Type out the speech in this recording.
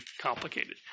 complicated